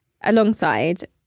Alongside